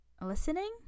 listening